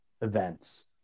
events